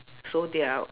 so they are